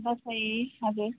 दसैँ हजुर